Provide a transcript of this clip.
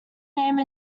name